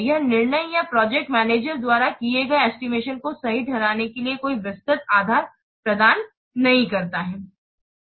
यह निर्णय या प्रोजेक्ट मेनेजर द्वारा किए गए एस्टीमेशन को सही ठहराने के लिए कोई विस्तृत आधार प्रदान नहीं करता है